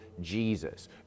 Jesus